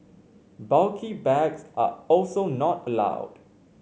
bulky bags are also not allowed